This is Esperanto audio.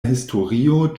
historio